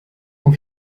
auf